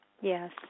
Yes